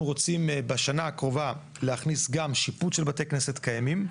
אנחנו רוצים בשנה הקרובה להכניס גם שיפוץ של בתי כנסת קיימים.